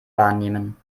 wahrnehmen